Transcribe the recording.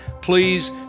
please